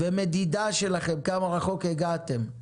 תוך מדידה שאומרת כמה רחוק הגעתם.